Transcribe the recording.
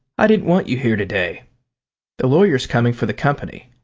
i didn't want you here to-day the lawyer's coming for the company.